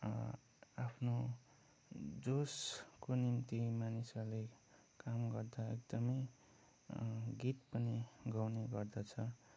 आफ्नो जोसको निम्ति मानिसहरूले काम गर्दा एकदमै गीत पनि गाउने गर्दछ